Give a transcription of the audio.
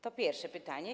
To pierwsze pytanie.